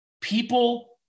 People